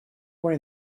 were